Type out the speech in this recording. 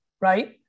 right